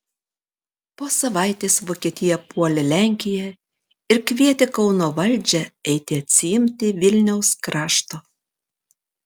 po savaitės vokietija puolė lenkiją ir kvietė kauno valdžią eiti atsiimti vilniaus krašto